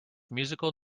musical